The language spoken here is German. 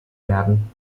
werden